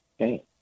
Okay